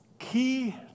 Key